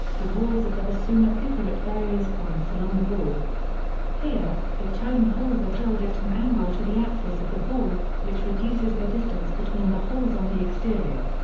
the walls of the bassoon are thicker at various points along the bore here, the tone holes are drilled at an angle to the axis of the bore, which reduces the distance between the holes on the exterior.